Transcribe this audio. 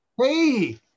Hey